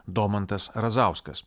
domantas razauskas